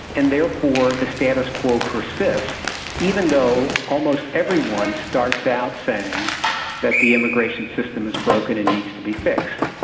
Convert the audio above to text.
and therefore the status quo persists even though almost everyone starts out saying that the immigration system is broken and needs to be fixed,